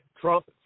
Trump